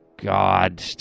god